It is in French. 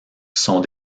sont